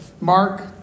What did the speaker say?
Mark